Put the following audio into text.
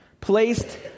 placed